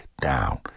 down